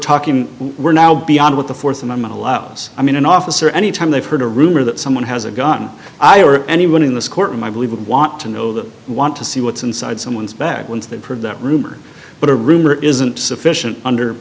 talking we're now beyond what the fourth amendment allows i mean an officer any time they've heard a rumor that someone has a gun i or anyone in this courtroom i believe would want to know that i want to see what's inside someone's bag once they've heard that rumor but a rumor isn't sufficient under